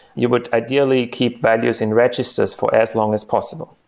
you would ideally keep values in registers for as long as possible.